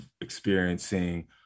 experiencing